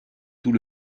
tout